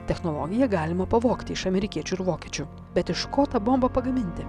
technologiją galima pavogti iš amerikiečių ir vokiečių bet iš ko tą bobą pagaminti